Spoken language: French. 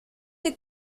est